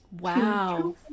wow